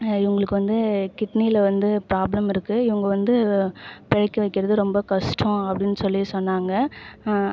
இவங்களுக்கு வந்து கிட்னியில் வந்து ப்ராப்ளம் இருக்குது இவங்க வந்து பிழைக்க வைக்கிறது ரொம்ப கஷ்டம் அப்படின்னு சொல்லி சொன்னாங்க